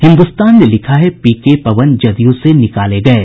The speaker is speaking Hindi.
हिन्दुस्तान ने लिखा है पीके पवन जदयू से निकाले गये